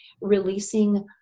releasing